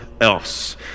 else